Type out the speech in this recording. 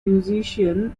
musician